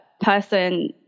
person